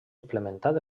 implementat